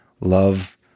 love